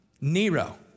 Nero